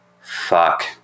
fuck